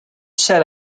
said